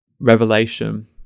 revelation